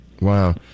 Wow